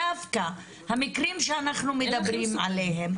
דווקא המקרים שאנחנו מדברים עליהם,